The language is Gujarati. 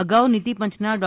અગાઉ નીતિ પંચના ડો